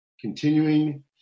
continuing